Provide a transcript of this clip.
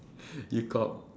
you cock